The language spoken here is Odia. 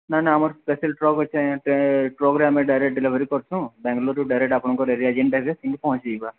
ନା ନା ଆମ ସ୍ପେଶାଲ ଟ୍ରକ୍ ଟ୍ରକ୍ରେ ଆମ ଡ଼ାଇରେକ୍ଟ ଡ଼େଲିଭରି କରୁଛୁ ବାଙ୍ଗଲରରୁ ଡ଼ାଇରେକ୍ଟ ଆପଣଙ୍କ ଏରିଆ ସେ ପହଞ୍ଚିଯିବା